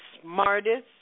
smartest